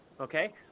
Okay